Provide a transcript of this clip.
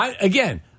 again